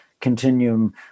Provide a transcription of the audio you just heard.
continuum